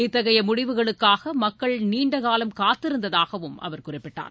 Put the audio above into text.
இத்தகைய முடிவுகளுக்காக மக்கள் நீண்டகாலம் காத்திருந்ததாகவும் அவர் குறிப்பிட்டார்